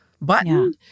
button